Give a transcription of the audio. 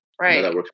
Right